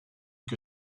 que